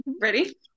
Ready